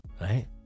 right